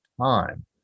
time